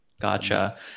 Gotcha